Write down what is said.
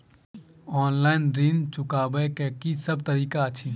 Online ऋण चुकाबै केँ की सब तरीका अछि?